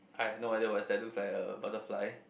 I have no idea what is that looks like a butterfly